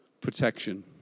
protection